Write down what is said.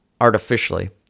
artificially